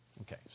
Okay